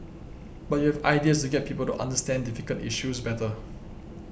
but you have ideas to get people to understand difficult issues better